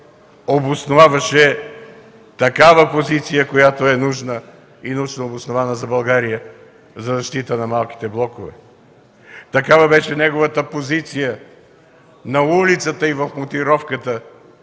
обосноваваше такава позиция, която е нужна и научнообоснована за България за защита на малките блокове. Такава беше неговата позиция на улицата и в мотивировката